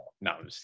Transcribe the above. no